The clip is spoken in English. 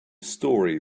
story